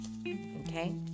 okay